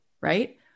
right